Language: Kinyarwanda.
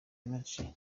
menshi